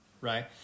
right